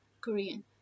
Korean